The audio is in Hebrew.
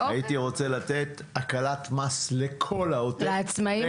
הייתי רוצה לתת הקלת מס לכל העוטף,